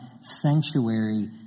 sanctuary